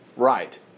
right